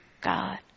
god